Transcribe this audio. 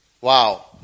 Wow